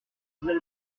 seul